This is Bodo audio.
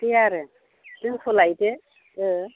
गैया आरो दोनथ'लायदो